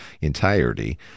entirety